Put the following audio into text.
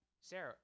Sarah